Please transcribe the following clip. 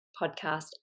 Podcast